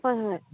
হয় হয়